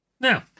Now